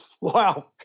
Wow